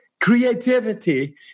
creativity